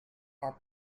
are